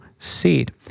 seed